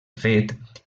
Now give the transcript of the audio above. fet